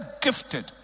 gifted